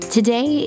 Today